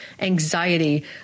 anxiety